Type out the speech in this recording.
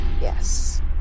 Yes